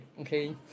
okay